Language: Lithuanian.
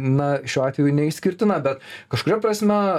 na šiuo atveju neišskirtina bet kažkuria prasme